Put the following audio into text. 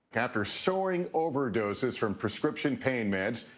after soaring overdoses from prescription pain meds,